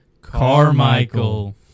Carmichael